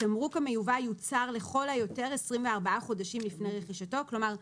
התמרוק המיובא יוצר לכל היותר 24 חודשים לפני רכישתו," כלומר,